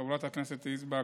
חברת הכנסת יזבק,